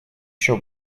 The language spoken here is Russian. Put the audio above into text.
еще